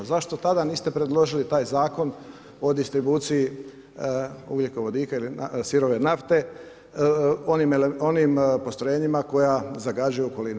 Zašto tada niste predložili taj zakon o distribuciji ugljikovodika ili sirove nafte onim postrojenjima koji zagađuju okolinu?